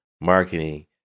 marketing